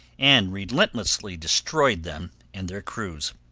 and relentlessly destroyed them and their crews.